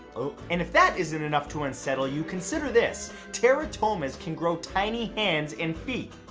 and if that isn't enough to unsettle you, consider this, teratomas can grow tiny hands and feet.